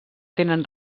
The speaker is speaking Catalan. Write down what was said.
tenen